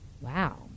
Wow